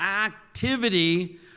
activity